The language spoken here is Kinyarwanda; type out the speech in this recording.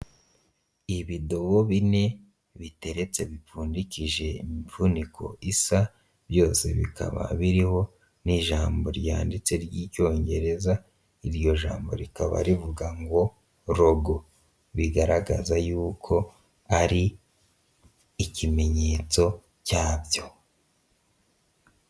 Ibidobo bine biteretse bipfundikije imifuniko isa byose bikaba biriho n'ijambo ryanditse ry'icyongereza iryo jambo rikaba rivuga ngo logo bigaragaza yuko ari ikimenyetso cyabyo.